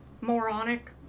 moronic-